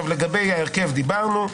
לגבי ההרכב דיברנו.